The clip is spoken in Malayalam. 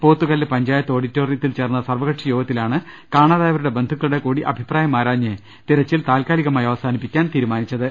പോത്തുകല്ല് പഞ്ചായത്ത് ഓഡി റ്റോ റി യത്തിൽ ചേർന്ന സർവ്വക ക്ഷി യോ ഗത്തിലാണ് കാണാതായവരുടെ ബന്ധുക്കളുടെ കൂടി അഭിപ്രായമാ രാഞ്ഞ് തിരച്ചിൽ താൽക്കാലികമായി അവസാനിപ്പിക്കാൻ തീരുമാനി ച്ചത്